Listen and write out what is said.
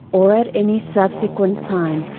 or at any subsequent time!